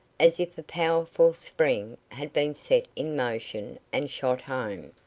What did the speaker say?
as if a powerful spring had been set in motion and shot home.